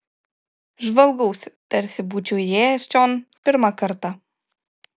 žvalgausi tarsi būčiau įėjęs čion pirmą kartą